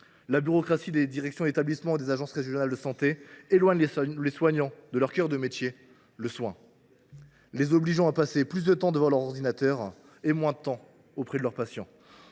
la bureaucratie des directions d’établissement et des agences régionales de santé éloigne les soignants de leur cœur de métier, le soin, les obligeant à passer plus de temps devant leur ordinateur et moins de temps auprès de leurs patients.